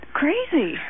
crazy